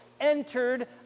entered